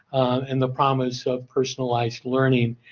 and, the promise of personalized learning.